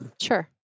sure